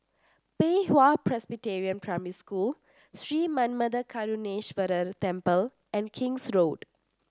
Pei Hwa Presbyterian Primary School Sri Manmatha Karuneshvarar Temple and King's Road